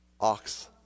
Ox